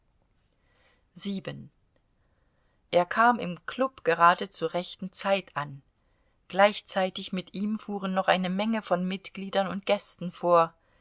er kam im klub gerade zur rechten zeit an gleichzeitig mit ihm fuhren noch eine menge von mitgliedern und gästen vor